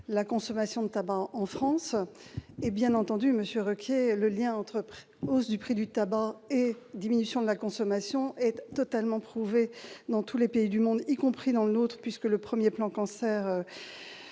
la consommation de tabac en France. Monsieur Requier, le lien entre la hausse du prix du tabac et la diminution de la consommation de tabac a été prouvé dans tous les pays du monde, y compris dans le nôtre. En effet, le premier plan Cancer